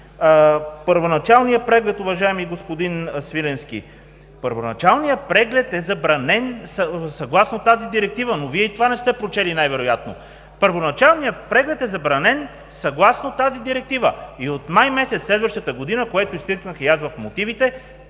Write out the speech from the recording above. от самите мотиви. Уважаеми господин Свиленски, първоначалният преглед е забранен, съгласно тази Директива, но Вие и това не сте прочели най-вероятно. Първоначалният преглед е забранен съгласно тази Директива и от месец май следващата година, което изтъкнах и аз в мотивите,